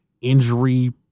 injury